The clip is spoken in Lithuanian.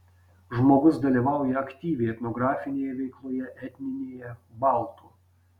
žmogus dalyvauja aktyviai etnografinėje veikloje etninėje baltų